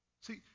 See